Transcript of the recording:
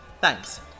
Thanks